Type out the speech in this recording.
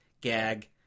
gag